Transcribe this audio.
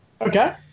Okay